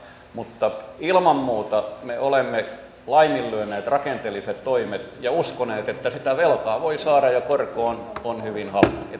mutta ilman muuta me olemme laiminlyöneet rakenteelliset toimet ja uskoneet että sitä velkaa voi saada ja korko on on hyvin halpa